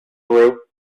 peru